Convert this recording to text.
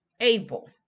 able